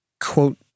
Quote